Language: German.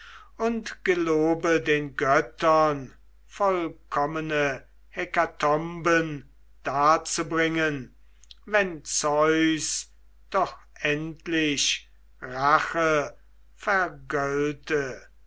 und gelobe den göttern vollkommene hekatomben darzubringen wenn zeus doch endlich rache